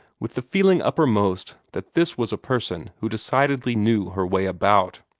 with the feeling uppermost that this was a person who decidedly knew her way about.